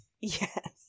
Yes